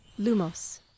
Lumos